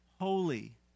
holy